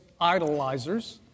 idolizers